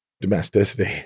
domesticity